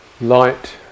light